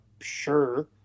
sure